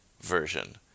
version